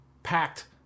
packed